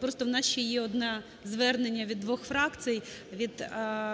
просто у нас ще є одне звернення від двох фракцій: від Радикальної